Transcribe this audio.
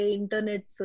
internet